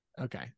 okay